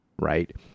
right